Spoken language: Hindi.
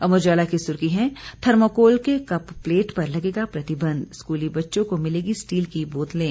अमर उजाला की सुर्खी है थर्मोकोल के कप प्लेट पर लगेगा प्रतिबंध स्कूली बच्चों को मिलेगी स्टील की बोतलें